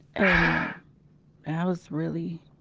and, ah, and i was really.